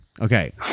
Okay